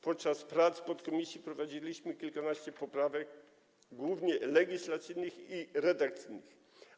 Podczas prac podkomisji wprowadziliśmy kilkanaście poprawek, głównie legislacyjnych i redakcyjnych.